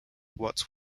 what